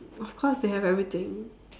of course they have everything